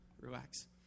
relax